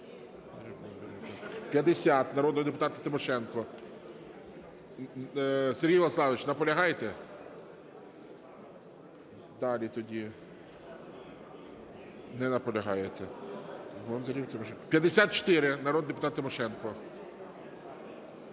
50-а народного депутата Тимошенко. Сергій Владиславович, наполягаєте? Далі тоді. Не наполягаєте. 54, народний депутат Тимошенко.